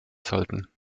sollten